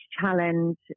challenge